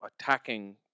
attacking